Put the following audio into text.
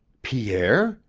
pierre?